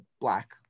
black